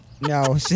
No